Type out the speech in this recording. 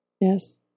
yes